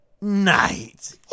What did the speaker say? night